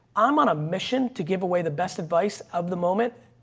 i'm on a mission to give away the best advice of the moment,